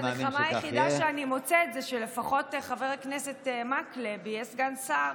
באמת הנחמה היחידה שאני מוצאת זה שלפחות חבר הכנסת מקלב יהיה סגן שר